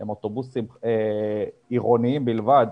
הם אוטובוסים עירוניים בלבד,